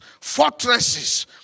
fortresses